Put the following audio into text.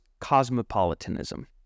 cosmopolitanism